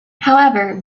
however